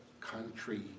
country